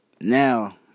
now